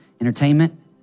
entertainment